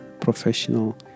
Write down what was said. professional